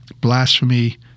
blasphemy